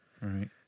Right